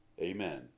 Amen